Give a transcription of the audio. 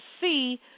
see